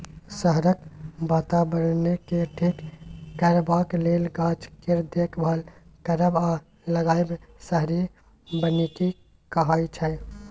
शहरक बाताबरणकेँ ठीक करबाक लेल गाछ केर देखभाल करब आ लगाएब शहरी बनिकी कहाइ छै